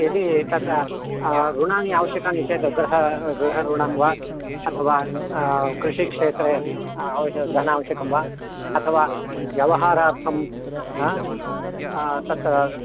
यदि तथा ऋणानि आवश्यकानि चेत् गृहऋणं वा अथवा कृषिक्षेत्रे धनावश्यकं वा अथवा व्यवहारार्थं तत्र